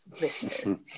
listeners